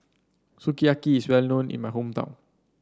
sukiyaki is well known in my hometown